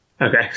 Okay